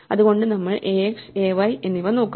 അതുകൊണ്ട് നമ്മൾ axay എന്നിവ നോക്കും